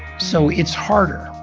so it's harder.